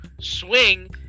swing